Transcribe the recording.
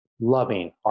loving